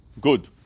good